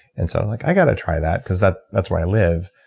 and so i'm like, i got to try that because that's that's where i live.